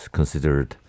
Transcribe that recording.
considered